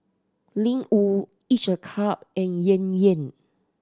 Ling Wu Each a Cup and Yan Yan